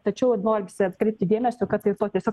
tačiau norisi atkreipti dėmesį kad tai tokiuose